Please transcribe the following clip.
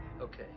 okay